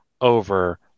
over